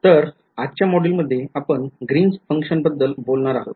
तर आजच्या मॉड्यूल मध्ये आपण ग्रीनस फंक्शन बद्दल बोलणार आहोत